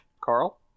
Carl